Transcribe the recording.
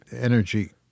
energy